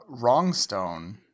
Wrongstone